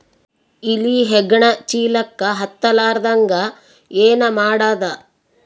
ಇಲಿ ಹೆಗ್ಗಣ ಚೀಲಕ್ಕ ಹತ್ತ ಲಾರದಂಗ ಏನ ಮಾಡದ?